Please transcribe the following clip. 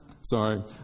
Sorry